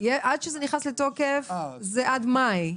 שזה נכנס לתוקף, זה עד מאי.